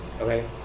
Okay